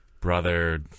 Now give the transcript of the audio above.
Brother